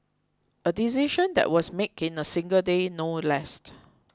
a decision that was made in a single day no less the